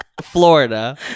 Florida